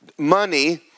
Money